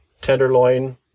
tenderloin